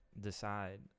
decide